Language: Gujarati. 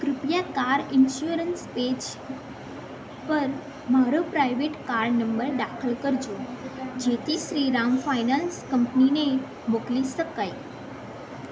કૃપયા કાર ઈન્સ્યુરન્સ પેજ પર મારો પ્રાઈવેટ કાર નંબર દાખલ કરજો જેથી શ્રીરામ ફાઇનાન્સ કંપનીને મોકલી શકાય